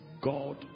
God